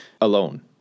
alone